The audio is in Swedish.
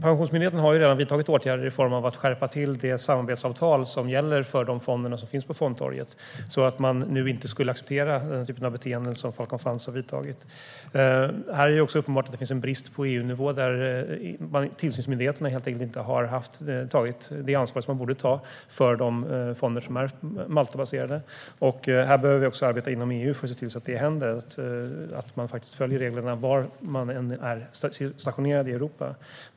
Pensionsmyndigheten har redan vidtagit åtgärder genom att skärpa till det samarbetsavtal som gäller för de fonder som finns på fondtorget. Nu accepteras inte den typ av beteende som Falcon Funds har haft. Det är också uppenbart att det finns en brist på EU-nivå. Tillsynsmyndigheterna har inte tagit det ansvar de borde ta för de fonder som är Maltabaserade. Vi behöver arbeta inom EU för att se till att alla följer reglerna oavsett var i Europa man är stationerad.